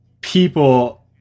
people